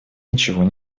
ничего